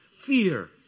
fear